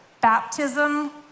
Baptism